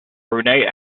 brunei